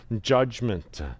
judgment